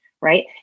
right